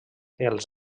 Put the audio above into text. els